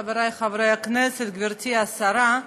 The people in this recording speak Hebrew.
חבריי חברי הכנסת, גברתי השרה,